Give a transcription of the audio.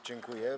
Dziękuję.